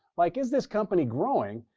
like, is this company growing,